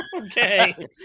Okay